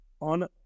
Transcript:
on –